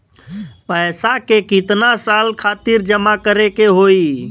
पैसा के कितना साल खातिर जमा करे के होइ?